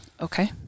Okay